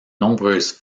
nombreuses